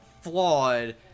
flawed